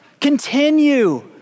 Continue